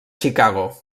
chicago